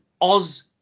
Oz